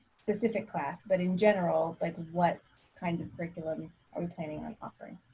specific class, but in general, like what kinds of curriculum um planning on offering?